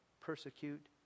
persecute